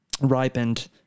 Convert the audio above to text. ripened